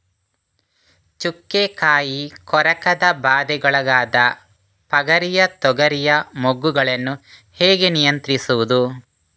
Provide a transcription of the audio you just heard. ಚುಕ್ಕೆ ಕಾಯಿ ಕೊರಕದ ಬಾಧೆಗೊಳಗಾದ ಪಗರಿಯ ತೊಗರಿಯ ಮೊಗ್ಗುಗಳನ್ನು ಹೇಗೆ ನಿಯಂತ್ರಿಸುವುದು?